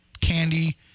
candy